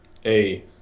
Hey